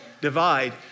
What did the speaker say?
divide